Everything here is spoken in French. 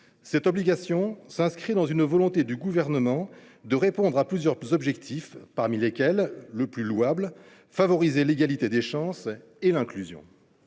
Cette obligation s’inscrit dans une volonté du Gouvernement de répondre à plusieurs objectifs, dont celui, le plus louable, de favoriser l’égalité des chances et l’inclusion.